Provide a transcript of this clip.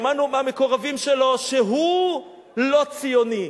שמענו מהמקורבים שלו שהוא לא ציוני.